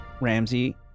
Ramsey